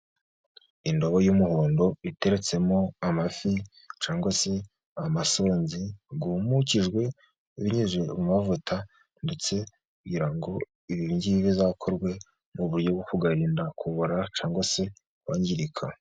Indobo y'umuhondo iteretsemo amafi cyangwa se amasenge yumukijwe binyuze mu mavuta, ndetse kugira ngo ibi ngibi bizakorwe mu buryo bwo kuyarinda kubora, cyangwa se kwangirika.